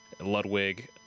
Ludwig